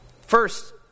First